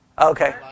Okay